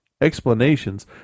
Explanations